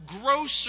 grosser